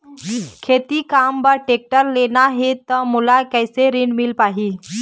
खेती काम बर टेक्टर लेना ही त मोला कैसे ऋण मिल पाही?